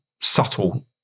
subtle